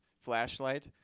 flashlight